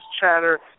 chatter